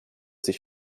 sich